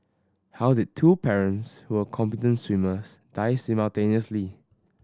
how did the two parents who were competent swimmers die simultaneously